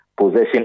possession